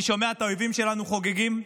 אני שומע את האויבים שלנו חוגגים,